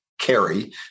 carry